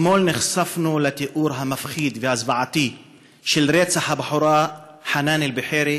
אתמול נחשפנו לתיאור המפחיד והזוועתי של רצח הבחורה חנאן אלבחירי